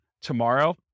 tomorrow